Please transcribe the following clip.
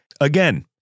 Again